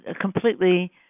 completely